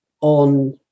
on